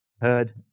heard